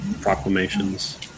proclamations